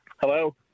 Hello